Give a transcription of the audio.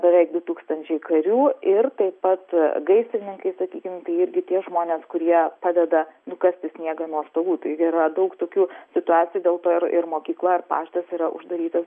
beveik du tūkstančiai karių ir taip pat gaisrininkai sakykim tai irgi tie žmonės kurie padeda nukasti sniegą nuo stogų tai yra daug tokių situacijų dėl to ir ir mokykla ir paštas yra uždarytas